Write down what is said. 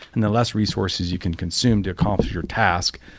and the less resources you can consume to accomplish your task,